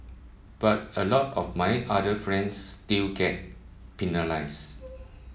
but a lot of my other friends still get penalised